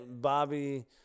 Bobby